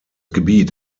gebiet